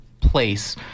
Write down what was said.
place